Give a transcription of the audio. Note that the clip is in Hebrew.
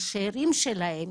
השארים שלהם,